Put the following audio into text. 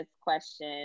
question